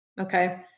okay